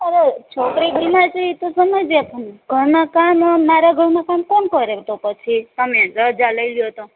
અરે છોકરી બીમાર છે ઈતો સમજયા પણ ઘરના કામ આમ મારે ઘરના કામ કોણ કરે તો પછી તમે રજા લઈ લ્યો તો